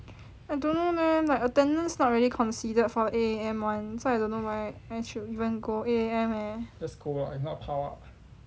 I don't know leh my attendance not really considered for the eight A_M [one] so I don't know whether I should even go eight A_M eh